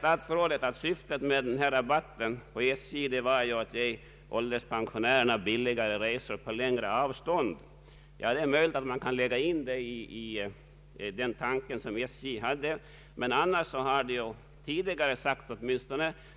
Statsrådet säger att syftet med SJ-rabatten var att ge ålderspensionärerna billigare resor på längre avstånd. Det är möjligt att en sådan tanke kan ha funnits. Tidigare har emellertid sagts